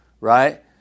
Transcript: Right